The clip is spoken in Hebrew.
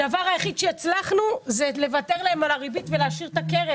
הדבר היחיד שהצלחנו זה לוותר להם על הריבית ולהשאיר את הקרן.